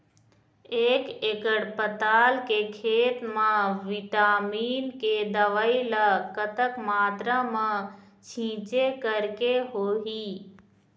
एक एकड़ पताल के खेत मा विटामिन के दवई ला कतक मात्रा मा छीचें करके होही?